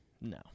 No